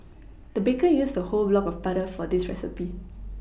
the baker used a whole block of butter for this recipe